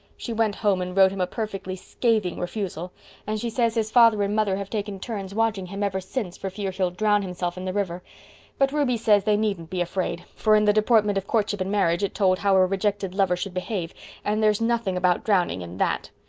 she went home and wrote him a perfectly scathing refusal and she says his father and mother have taken turns watching him ever since for fear he'll drown himself in the river but ruby says they needn't be afraid for in the deportment of courtship and marriage it told how a rejected lover should behave and there's nothing about drowning in that.